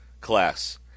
class